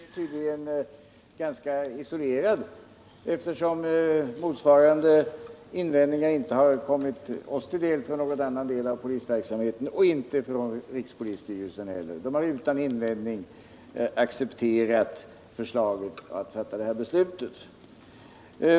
Herr talman! Göteborgspolisens uppfattning är tydligen ganska isolerad, eftersom motsvarande invändningar inte har kommit regeringen till del från någon annan del av polisverksamheten och inte från rikspolisstyrelsen heller. Man har utan invändningar accepterat förslaget att fatta det här beslutet.